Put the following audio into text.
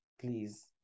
Please